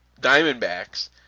Diamondbacks